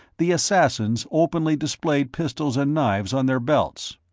the assassins openly displayed pistols and knives on their belts.